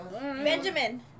Benjamin